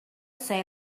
say